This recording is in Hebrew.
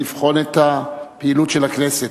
לבחון את הפעילות של הכנסת.